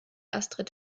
astrid